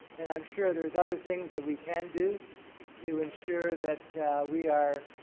and i'm sure there's other things that we can do to ensure that we are